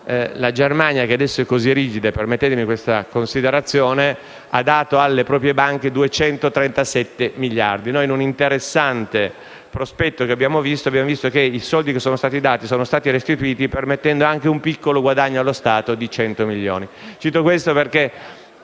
La Germania, che adesso è così rigida - permettetemi questa considerazione - ha dato alle proprie banche 237 miliardi. Noi, in un interessante prospetto, abbiamo visto che i soldi erogati, sono stati poi restituiti, permettendo peraltro un piccolo guadagno per lo Stato di 100 milioni.